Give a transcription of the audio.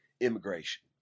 immigration